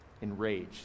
enraged